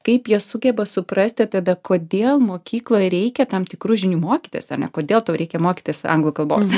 kaip jie sugeba suprasti tada kodėl mokykloj reikia tam tikrų žinių mokytis kodėl tau reikia mokytis anglų kalbos